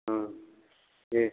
अ दे